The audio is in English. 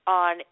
on